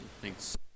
Thanks